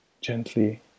gently